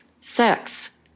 sex